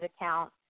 account